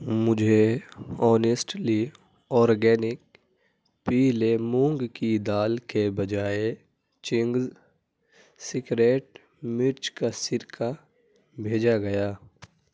مجھے honestly organic پیلے مونگ کی دال کے بجائے چنگز سیکریٹ مرچ کا سرکہ بھیجا گیا